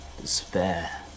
Despair